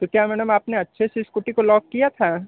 तो क्या मैडम आपने अच्छे से स्कूटी को लॉक किया था